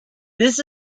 this